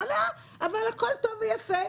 אבל הכול טוב ויפה.